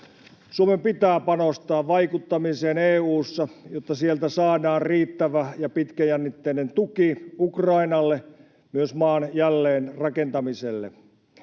Suomen pitää panostaa vaikuttamiseen EU:ssa, jotta sieltä saadaan riittävä ja pitkäjännitteinen tuki Ukrainalle, myös maan jälleenrakentamiselle.